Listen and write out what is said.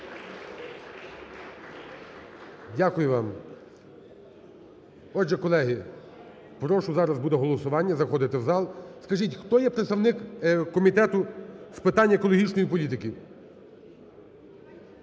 Дякую вам. Отже, колеги, прошу, зараз буде голосування, заходити в зал. Скажіть, хто є представник Комітету з питань екологічної політики?